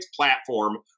platform